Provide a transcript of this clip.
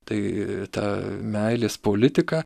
tai ta meilės politika